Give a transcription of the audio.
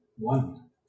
One